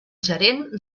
gerent